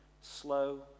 slow